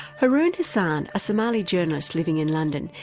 harun hassan, a somali journalist living in london,